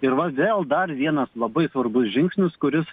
ir va vėl dar vienas labai svarbus žingsnis kuris